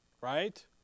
right